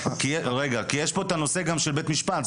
כי יש פה את הנושא של בית משפט.